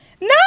No